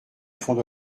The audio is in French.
fond